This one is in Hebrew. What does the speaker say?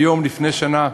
היום לפני שנה,